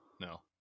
No